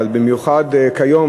אבל במיוחד כיום,